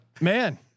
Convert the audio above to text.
man